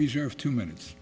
reserve two minutes